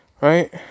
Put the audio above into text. right